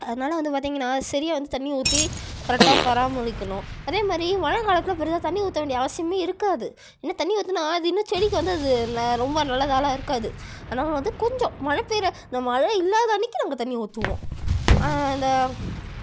அதனால் வந்து பார்த்தீங்கன்னா சரியா வந்து தண்ணி ஊற்றி கரெக்ட்டாக பராமரிக்கணும் அதே மாதிரி மழை காலத்தில் பெருசாக தண்ணி ஊற்ற வேண்டிய அவசியமே இருக்காது ஏன்னால் தண்ணி ஊற்றினா அது இன்னும் செடிக்கு வந்து அது ந ரொம்ப நல்லதாகெல்லாம் இருக்காது அதனால் வந்து கொஞ்சம் மழை பெய்யிர மழை இல்லாத அன்னிக்கு நாங்கள் தண்ணி ஊற்றுவோம் ஆனால் இந்த